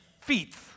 feats